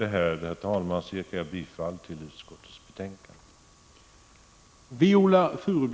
Med detta yrkar jag bifall till utskottets hemställan.